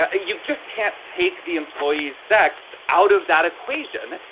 ah you just can't take the employee's sex out of that equation.